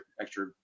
extra